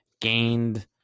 gained